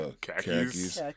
khakis